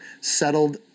settled